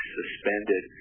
suspended